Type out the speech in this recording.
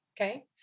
Okay